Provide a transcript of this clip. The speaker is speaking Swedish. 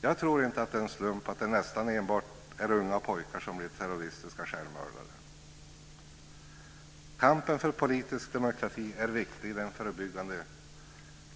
Jag tror inte att det är en slump att det är nästan enbart unga pojkar som blir terroristiska självmördare. Kampen för politisk demokrati är viktig i den förebyggande